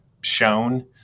shown